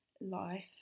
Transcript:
life